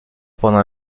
pendant